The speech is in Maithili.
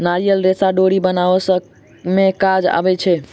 नारियलक रेशा डोरी बनाबअ में काज अबै छै